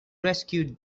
rescued